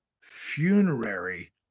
funerary